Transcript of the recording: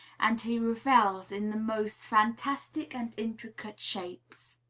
and he revels in the most fantastic and intricate shapes.